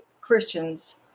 Christians